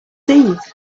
eve